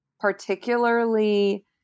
particularly